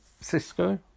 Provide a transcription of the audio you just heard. Cisco